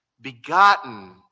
begotten